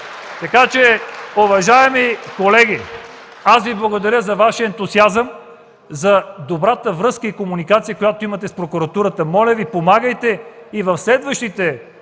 нещата! Уважаеми колеги, благодаря Ви за Вашия ентусиазъм, за добрата връзка и комуникация, която имате с прокуратурата. Моля Ви, помагайте. И в следващите